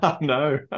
no